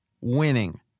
winning